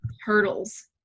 hurdles